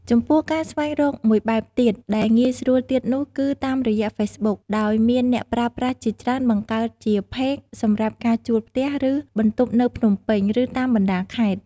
ចំពោះការស្វែងរកមួយបែបទៀតដែលងាយស្រួលទៀតនោះគឺតាមរយះ ហ្វេសប៊ុក ដោយមានអ្នកប្រើប្រាស់ជាច្រើនបង្កើតជា ផេក សម្រាប់ការជួលផ្ទះ ឬបន្ទប់នៅភ្នំពេញ ឬតាមបណ្ដាខេត្ត។